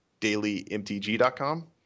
DailyMTG.com